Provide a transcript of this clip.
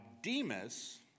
Demas